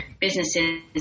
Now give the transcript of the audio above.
businesses